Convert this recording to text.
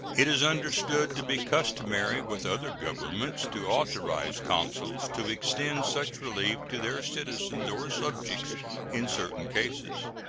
it is understood to be customary with other governments to authorize consuls to extend such relief to their citizens or subjects in certain cases.